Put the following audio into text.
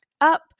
up